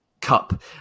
Cup